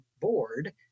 board